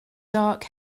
dark